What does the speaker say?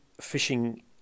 fishing